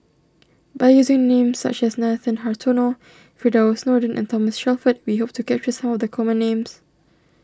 by using names such as Nathan Hartono Firdaus Nordin and Thomas Shelford we hope to capture some of the common names